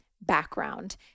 background